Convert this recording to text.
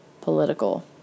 political